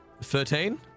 thirteen